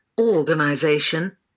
organization